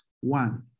One